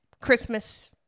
Christmas